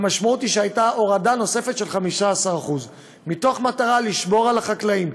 המשמעות היא שהייתה הורדה נוספת של 15%. מתוך מטרה לשמור על החקלאים,